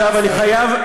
עכשיו אני חייב,